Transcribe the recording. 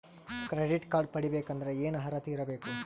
Credit card ಪಡಿಬೇಕಂದರ ಏನ ಅರ್ಹತಿ ಇರಬೇಕು?